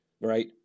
Right